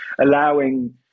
allowing